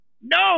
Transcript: No